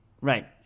Right